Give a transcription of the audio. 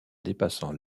dépassant